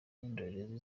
n’indorerezi